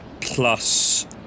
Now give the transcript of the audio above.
Plus